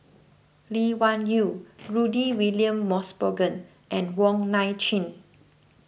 Lee Wung Yew Rudy William Mosbergen and Wong Nai Chin